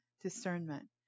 discernment